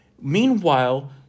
Meanwhile